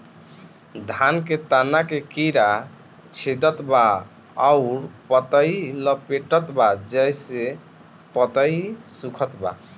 धान के तना के कीड़ा छेदत बा अउर पतई लपेटतबा जेसे पतई सूखत बा?